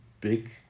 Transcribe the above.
big